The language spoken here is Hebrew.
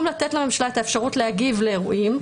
לתת לממשלה את האפשרות להגיב לאירועים,